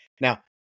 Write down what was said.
Now